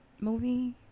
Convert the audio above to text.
movie